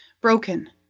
broken